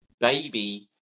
baby